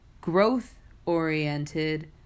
growth-oriented